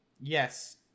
Yes